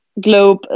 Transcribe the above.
globe